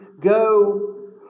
go